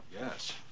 Yes